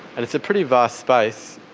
and it's a pretty vast space,